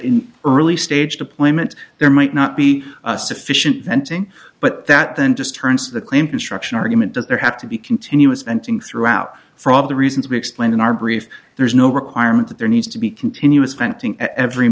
in early stage deployment there might not be sufficient venting but that then just turns the claim construction argument that there have to be continuous anting throughout for all the reasons we explained in our brief there is no requirement that there needs to be continuous venting at every